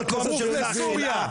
תעוף לסוריה.